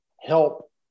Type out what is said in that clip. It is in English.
help